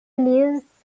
leaves